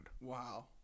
Wow